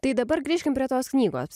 tai dabar grįžkim prie tos knygos